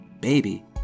baby